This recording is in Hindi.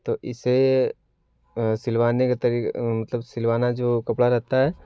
तो इसे सिलवाने के मतलब सिलवाना जो कपड़ा रहता है